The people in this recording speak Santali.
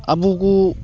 ᱟᱵᱚ ᱠᱚ